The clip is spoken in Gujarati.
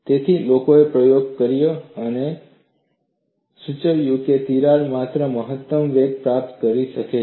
તેથી લોકોએ પ્રયોગો કર્યા છે અને ચકાસ્યું છે કે તિરાડ માત્ર મહત્તમ વેગ પ્રાપ્ત કરી શકે છે